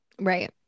right